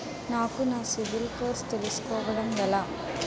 నాకు నా సిబిల్ స్కోర్ తెలుసుకోవడం ఎలా?